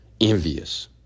envious